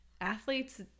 athletes